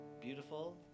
beautiful